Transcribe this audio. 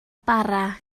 bara